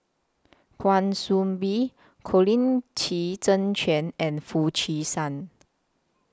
Kwa Soon Bee Colin Qi Zhe Quan and Foo Chee San